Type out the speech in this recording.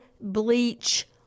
bleach